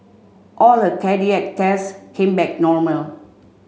all her cardiac tests came back normal